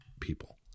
people